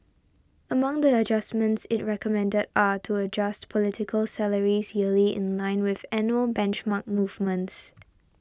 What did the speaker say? among the adjustments it recommended are to adjust political salaries yearly in line with annual benchmark movements